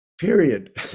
period